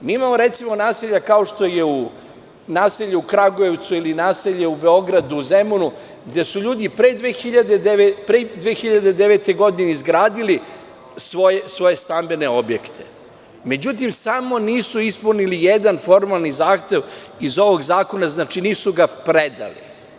Mi imamo, recimo, naselja kao što je naselje u Kragujevcu, ili naselje u Beogradu, u Zemunu, gde su ljudi pre 2009. godine izgradili svoje stambene objekte, međutim samo nisu ispunili jedan formalni zahtev iz ovog zakona, nisu ga predali.